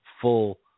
full